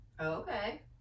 okay